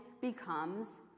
becomes